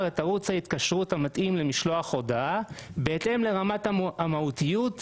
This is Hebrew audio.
את ערוץ ההתקשרות המתאים למשלוח הודעה בהתאם לרמת המהותיות,